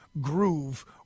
groove